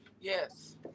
Yes